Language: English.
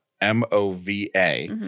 M-O-V-A